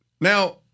Now